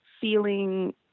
feeling